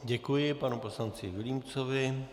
Děkuji panu poslanci Vilímcovi.